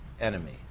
enemy